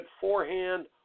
forehand